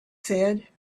said